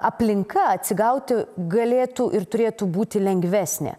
aplinka atsigauti galėtų ir turėtų būti lengvesnė